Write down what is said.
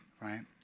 Right